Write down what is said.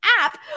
app